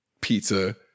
pizza